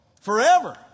Forever